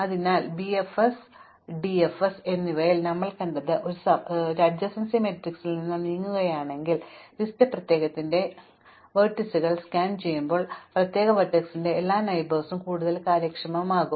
അതിനാൽ bfs dfs എന്നിവയിൽ നമ്മൾ കണ്ടത് ഞങ്ങൾ ഒരു സമീപസ്ഥല മാട്രിക്സിൽ നിന്ന് നീങ്ങുകയാണെങ്കിൽ സമീപസ്ഥലങ്ങളുടെ ലിസ്റ്റ് പ്രത്യേകത്തിന്റെ ലംബങ്ങൾ സ്കാൻ ചെയ്യുമ്പോൾ പ്രത്യേക വെർട്ടെക്സിന്റെ എല്ലാ അയൽവാസികളും കൂടുതൽ കാര്യക്ഷമമാകും